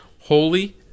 Holy